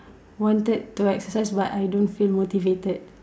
wanted to like exercise but I don't feel motivated